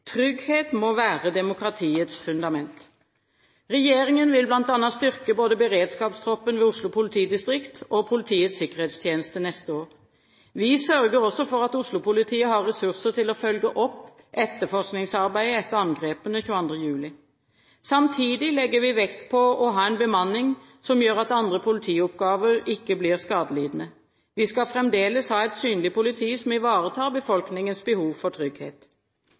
Trygghet må være demokratiets fundament. Regjeringen vil bl.a. styrke både beredskapstroppen ved Oslo politidistrikt og Politiets sikkerhetstjeneste neste år. Vi sørger også for at Oslo-politiet har ressurser til å følge opp etterforskningsarbeidet etter angrepene 22. juli. Samtidig legger vi vekt på å ha en bemanning som gjør at andre politioppgaver ikke blir skadelidende. Vi skal fremdeles ha et synlig politi som ivaretar befolkningens behov for trygghet.